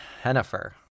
Hennifer